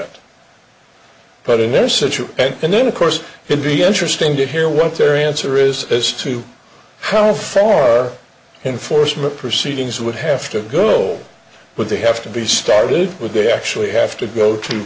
it but in this issue and then of course india interesting to hear what the answer is as to how far enforcement proceedings would have to go but they have to be started with they actually have to go to